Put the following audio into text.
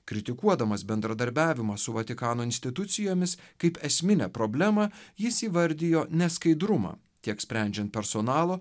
kritikuodamas bendradarbiavimą su vatikano institucijomis kaip esminę problemą jis įvardijo neskaidrumą tiek sprendžiant personalo